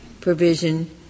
provision